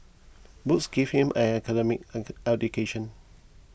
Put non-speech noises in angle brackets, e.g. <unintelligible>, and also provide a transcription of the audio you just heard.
books gave him an academic <unintelligible> education